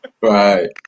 right